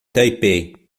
taipei